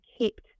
kept